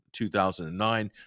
2009